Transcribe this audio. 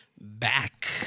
back